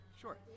Sure